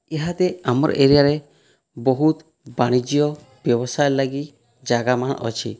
ଇହାଦେ ଆମର୍ ଏରିଆରେ ବହୁତ୍ ବାଣିଜ୍ୟ ବ୍ୟବସାୟ ଲାଗି ଜାଗାମାନେ ଅଛେ